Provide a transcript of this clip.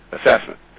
assessment